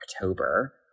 october